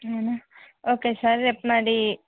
okay sir రేపు మరి